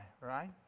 right